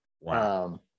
Wow